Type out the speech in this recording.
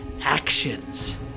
actions